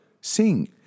sing